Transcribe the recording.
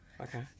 Okay